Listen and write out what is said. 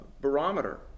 barometer